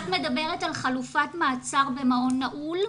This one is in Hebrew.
את מדברת על חלופת מעצר במעון נעול?